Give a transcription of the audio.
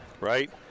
right